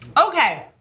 Okay